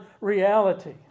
reality